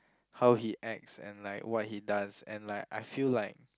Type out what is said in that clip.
how he acts and like what he does and like I feel like